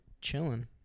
chilling